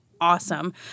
awesome